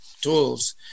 tools